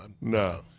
No